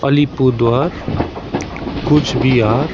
Alipurduar Cooch Behar